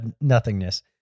nothingness